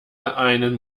einen